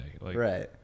Right